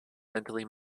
mentally